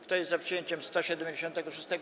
Kto jest za przyjęciem 176.